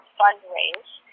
fundraise